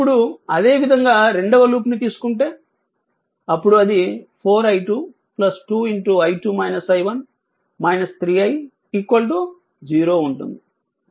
ఇప్పుడు అదేవిధంగా రెండవ లూప్ ని తీసుకుంటే అప్పుడు అది 4 i 2 2 3 i 0 ఉంటుంది